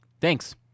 thanks